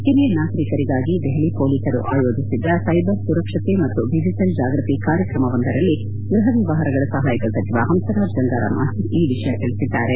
ಓರಿಯ ನಾಗರಿಕರಿಗಾಗಿ ದೆಹಲಿ ಮೊಲೀಸರು ಆಯೋಜಿಸಿದ್ದ ಸೈಬರ್ ಸುರಕ್ಷತೆ ಮತ್ತು ಡಿಜಿಟಲ್ ಜಾಗೃತಿ ಕಾರ್ಯಕ್ರಮವೊಂದರಲ್ಲಿ ಗೃಪ ವ್ಯವಹಾರಗಳ ಸಹಾಯಕ ಸಚಿವ ಪಂಸರಾಜ್ ಗಂಗಾರಾಮ್ ಆಹಿರ್ ಈ ವಿಷಯ ತಿಳಿಸಿದ್ದಾರೆ